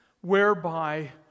whereby